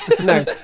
No